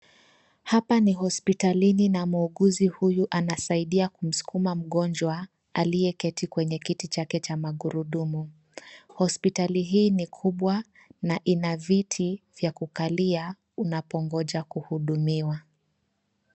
Hapa ni hospitalini na muuguzi huyu anasaidia kumsukuma mgonjwa aliye keti kwenye kiti chake cha magurudumu. Hospitali hii ni kubwa na ina viti vya kukalia unapongoja kuhudumiwa.